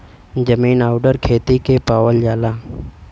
जमीन आउर खेती के पावल जाला